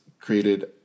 created